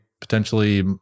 potentially